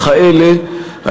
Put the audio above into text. ככאלה,